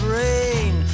rain